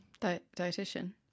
Dietitian